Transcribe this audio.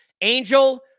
Angel